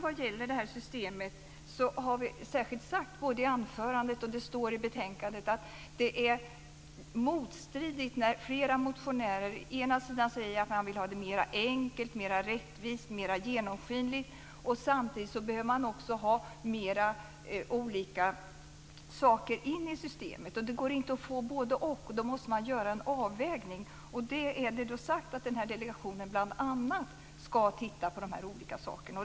Vad gäller systemet kan jag berätta att vi särskilt har sagt - jag nämnde det i anförandet, och det står i betänkandet - att det är motstridigt att flera motionärer säger att man vill ha systemet mera enkelt, rättvist och genomskinligt, samtidigt som man säger att vi behöver ta in flera saker i systemet. Det går inte att få både-och. Då måste man göra en avvägning. Det är sagt att delegationen bl.a. skall titta på dessa olika saker.